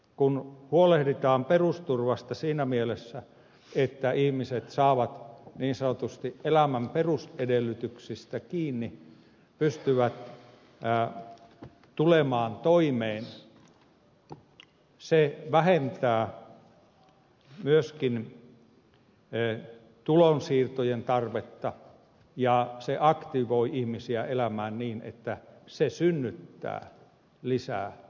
kun huolehditaan perusturvasta siinä mielessä että ihmiset saavat niin sanotusti elämän perusedellytyksistä kiinni pystyvät tulemaan toimeen se vähentää myöskin tulonsiirtojen tarvetta ja aktivoi ihmisiä elämään niin että se synnyttää lisää jaettavaa